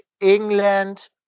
England